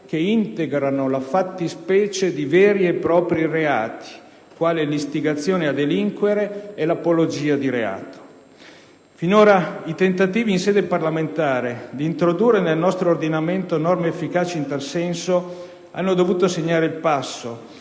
che integrano la fattispecie di veri e propri reati, quali l'istigazione a delinquere e l'apologia di reato. Finora i tentativi in sede parlamentare di introdurre nel nostro ordinamento norme efficaci in tal senso hanno dovuto segnare il passo